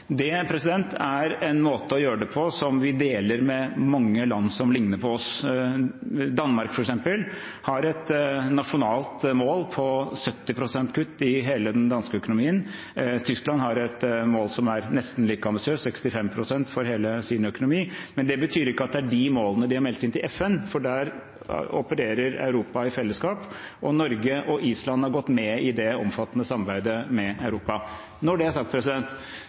Det er en måte å gjøre det på som vi deler med mange land som ligner på oss. Danmark har f.eks. et nasjonalt mål om 70 pst. kutt i hele den danske økonomien. Tyskland har et mål som er nesten like ambisiøst, 65 pst. for hele sin økonomi. Det betyr ikke at det er de målene de har meldt inn til FN, for der opererer Europa i fellesskap, og Norge og Island har gått med i det omfattende samarbeidet med Europa. Når det er sagt,